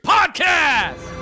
Podcast